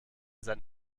sein